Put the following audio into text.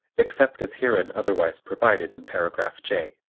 except as herein otherwise provided in paragraph j.